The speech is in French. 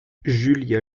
julia